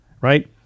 right